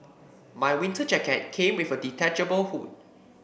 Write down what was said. my winter jacket came with a detachable hood